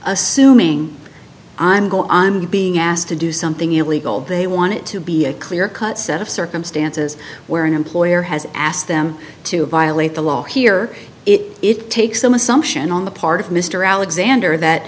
assuming i'm going i'm being asked to do something illegal they want it to be a clear cut set of circumstances where an employer has asked them to violate the law here it takes so much sumption on the part of mr alexander that